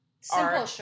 simple